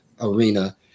arena